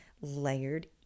layered